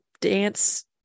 dance